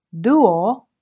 Duo